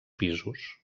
pisos